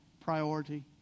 priority